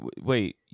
wait